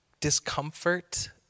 discomfort